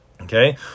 Okay